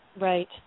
Right